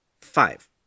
five